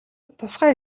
тусгай